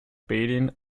painting